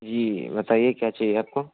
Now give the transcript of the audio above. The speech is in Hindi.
जी बताइए क्या चाहिए आपको